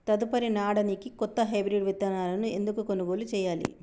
తదుపరి నాడనికి కొత్త హైబ్రిడ్ విత్తనాలను ఎందుకు కొనుగోలు చెయ్యాలి?